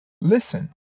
Listen